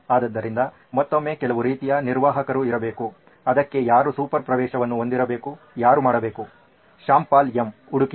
ಆದ್ದರಿಂದ ಮತ್ತೊಮ್ಮೆ ಕೆಲವು ರೀತಿಯ ನಿರ್ವಾಹಕರು ಇರಬೇಕು ಅದಕ್ಕೆ ಯಾರು ಸೂಪರ್ ಪ್ರವೇಶವನ್ನು ಹೊಂದಿರಬೇಕು ಯಾರು ಮಾಡಬೇಕು ಶ್ಯಾಮ್ ಪಾಲ್ ಎಂ ಹುಡುಕಿ